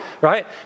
right